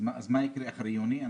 מה יקרה אחרי יוני?